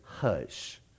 hush